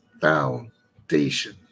foundation